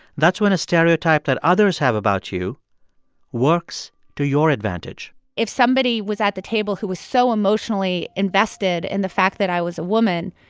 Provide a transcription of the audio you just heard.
that's when a stereotype that others have about you works to your advantage if somebody was at the table who was so emotionally invested in the fact that i was a woman,